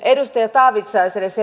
edustaja taavitsaiselle